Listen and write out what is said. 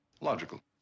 Logical